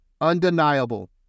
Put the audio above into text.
undeniable